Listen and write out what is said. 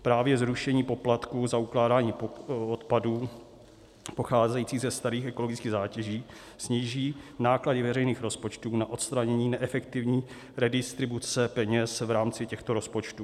Právě zrušení poplatků za ukládání odpadů pocházejících ze starých ekologických zátěží sníží náklady veřejných rozpočtů na odstranění neefektivní redistribuce peněz v rámci těchto rozpočtů.